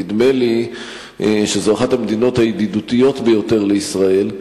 נדמה לי שזאת אחת המדיניות הידידותיות ביותר לישראל.